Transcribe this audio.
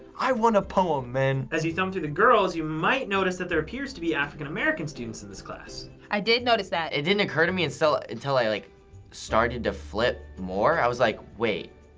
i want a poem, man. as you thumb through the girls, you might notice that there appears to be african american students in this class. i did notice that. it didn't occur to me and so until i like started to flip more. i was like, wait,